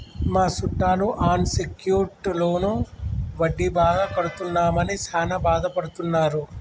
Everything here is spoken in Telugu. మా సుట్టాలు అన్ సెక్యూర్ట్ లోను వడ్డీ బాగా కడుతున్నామని సాన బాదపడుతున్నారు